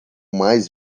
mais